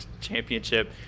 championship